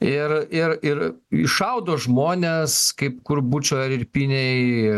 ir ir ir iššaudo žmones kaip kur bučoj irpynėj